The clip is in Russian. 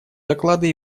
доклады